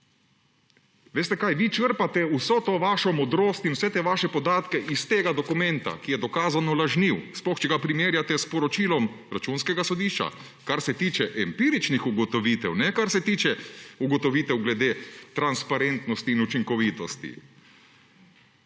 Veste kaj, vi črpate vso to vašo modrost in vse te vaše podatke iz tega dokumenta, ki je dokazano lažniv, sploh, če ga primerjate s poročilom Računskega sodišča, kar se tiče empiričnih ugotovitev, ne kar se tiče ugotovitev glede transparentnosti in učinkovitosti.